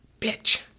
Bitch